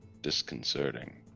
disconcerting